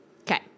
Okay